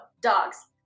dogs